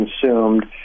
consumed